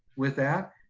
with that.